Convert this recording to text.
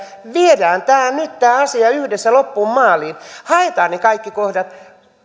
viedään tämä asia nyt yhdessä loppuun maaliin haetaan ne kaikki kohdat